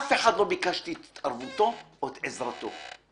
לא ביקשתי מאף אחד את התערבותו או את עזרתו,